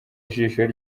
jisho